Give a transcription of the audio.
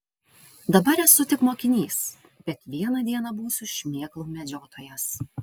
dabar esu tik mokinys bet vieną dieną būsiu šmėklų medžiotojas